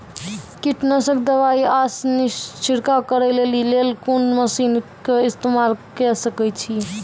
कीटनासक दवाई आसानीसॅ छिड़काव करै लेली लेल कून मसीनऽक इस्तेमाल के सकै छी?